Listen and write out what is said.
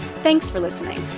thanks for listening